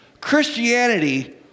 Christianity